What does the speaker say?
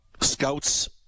scouts